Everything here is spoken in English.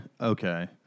okay